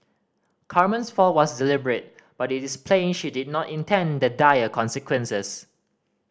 Carmen's fall was deliberate but it is plain she did not intend the dire consequences